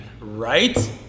right